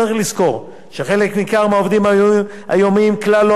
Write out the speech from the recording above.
צריך לזכור שחלק ניכר מהעובדים היומיים כלל לא